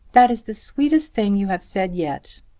that is the sweetest thing you have said yet.